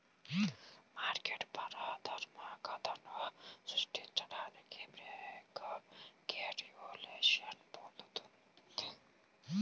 market పారదర్శకతను సృష్టించడానికి bank regulation రూపొందించబడింది